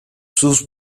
sus